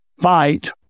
fight